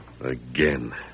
Again